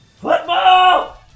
football